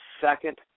second